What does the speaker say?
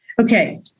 Okay